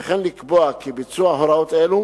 וכן לקבוע כי ביצוע הוראות אלו